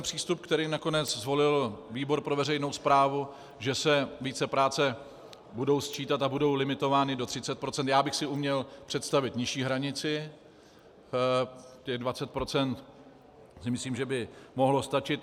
Přístup, který nakonec zvolil výbor pro veřejnou správu, že se vícepráce budou sčítat a budou limitovány do 30 %, já bych si uměl představit nižší hranici, těch 20 % si myslím, že by mohlo stačit.